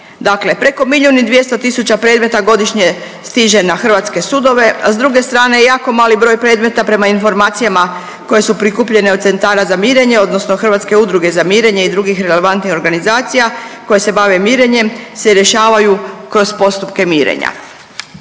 Dakle preko milijun i 200 tisuća predmeta godišnje stiže na hrvatske sudove, a s druge strane, jako mali broj predmeta prema informacijama koje su prikupljene od centara za mirenje, odnosno Hrvatske udruge za mirenje i drugih relevantnih organizacija koje se bave mirenjem se rješavaju kroz postupke mirenja.